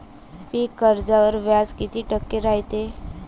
पीक कर्जावर व्याज किती टक्के रायते?